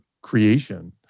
creation